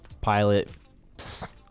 pilot